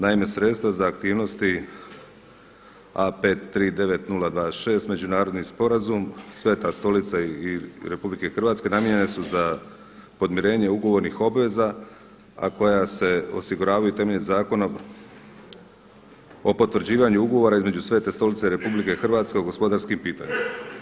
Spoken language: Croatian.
Naime, sredstva za aktivnosti A539026 međunarodni sporazum Sveta stolica i RH namijenjena su za podmirenje ugovornih obveza, a koja se osiguravaju temeljem Zakona o potvrđivanju ugovora između Svete stolice i RH o gospodarskim pitanjima.